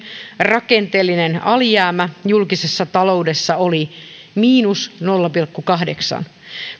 rakenteellinen alijäämä julkisessa taloudessa oli nolla pilkku kahdeksannen